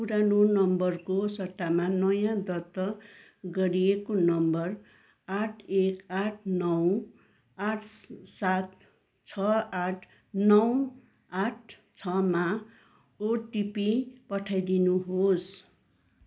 पुरानो नम्बरको सट्टामा नयाँ दर्ता गरिएको नम्बर आठ एक आठ नौ आठ सात छ आठ नौ आठ छमा ओटिपी पठाइदिनुहोस्